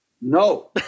No